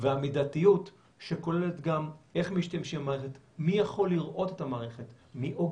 יש החלטות שיפוטיות כאלה ואחרות שהשאירו את החיסיון